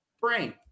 brain